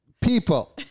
People